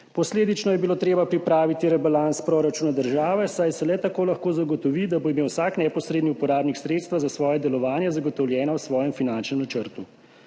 Posledično je bilo treba pripraviti rebalans proračuna države, saj se le tako lahko zagotovi, da bo imel vsak neposredni uporabnik sredstva za svoje delovanje zagotovljena v svojem finančnem načrtu.